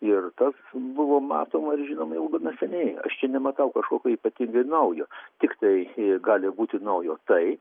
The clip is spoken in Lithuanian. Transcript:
ir tas buvo matoma ir žinoma jau gana seniai aš čia nematau kažko tai ypatingai naujo tiktai gali būti naujo tai